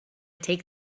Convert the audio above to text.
take